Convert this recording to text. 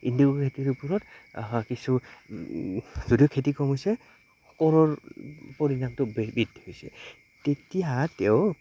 ইন্দিগ' খেতিৰ ওপৰত কিছু যদিও খেতি কম হৈছে কৰৰ পৰিণামটো ব বৃদ্ধি হৈছে তেতিয়া তেওঁ